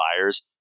buyers